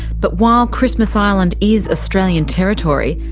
but while christmas island is australian territory,